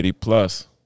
plus